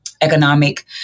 economic